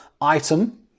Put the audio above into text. item